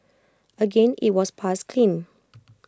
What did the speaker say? again IT was passed clean